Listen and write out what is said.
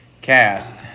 Cast